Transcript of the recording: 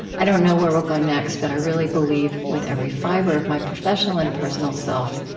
i don't know where we'll go next, but i really believe, with every fiber of my professional and personal self,